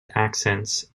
accents